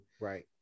Right